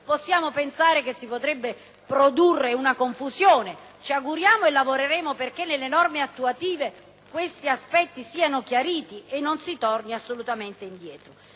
Possiamo pensare che si potrebbe produrre una confusione. Ci auguriamo, e lavoreremo a tal fine, che nelle norme attuative questi aspetti siano chiariti e non si torni assolutamente indietro.